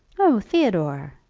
oh, theodore!